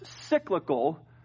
cyclical